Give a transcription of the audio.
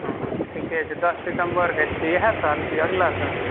ठीके छै दस सितम्बर के छी इएह साल की अगला साल